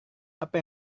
apa